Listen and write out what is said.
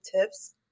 tips